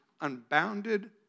unbounded